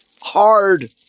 hard